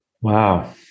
Wow